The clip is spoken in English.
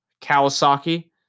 Kawasaki